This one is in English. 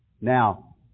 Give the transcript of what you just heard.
Now